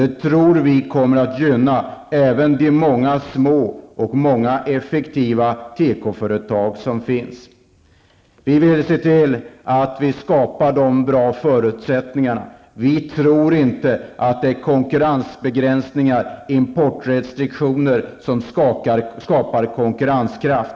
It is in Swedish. Detta tror vi kommer att gynna även de många små och effektiva tekoföretag som finns. Vi vill se till att dessa goda förutsättningar skapas. Vi tror inte att det är konkurrensbegränsningar och importrestriktioner som skapar konkurrenskraft.